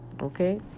Okay